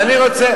אז אני רוצה,